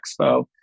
Expo